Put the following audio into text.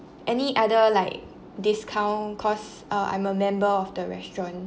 any other like discount cause uh I'm a member of the restaurant